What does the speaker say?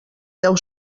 deu